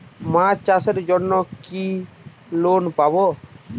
মাছ চাষের জন্য কি লোন পাব?